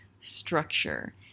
structure